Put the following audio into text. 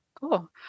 Cool